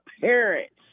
parents